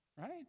Right